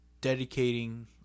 dedicating